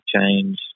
change